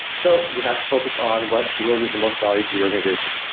so we have to focus on what delivers the most value to the organization.